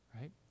right